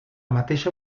mateixa